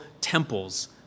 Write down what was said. temples